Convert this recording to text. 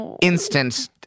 instant